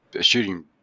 shooting